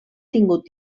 tingut